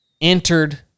entered